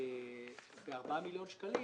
ב-4 מיליון שקלים,